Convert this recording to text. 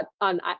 on